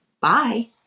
Bye